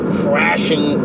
crashing